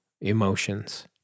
emotions